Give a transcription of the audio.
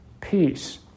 peace